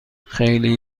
خیلی